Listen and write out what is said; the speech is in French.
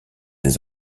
des